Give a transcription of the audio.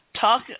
talk